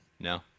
No